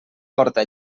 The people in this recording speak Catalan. porta